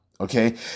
okay